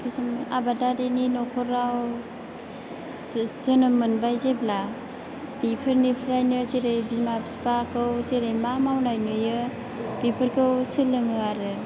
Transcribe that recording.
किसुमान आबादिरनि नखराव जि जोनोम मोनबाय जेब्ला बिफोरनिफ्रायनो जेरै बिमा बिफाखौ जेरै मा मावनाय नुयो बेफोरखौ सोलोङो आरो